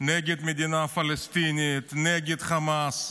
נגד מדינה פלסטינית, נגד חמאס.